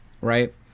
right